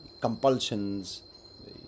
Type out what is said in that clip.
compulsions